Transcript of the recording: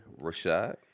Rashad